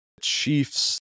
Chiefs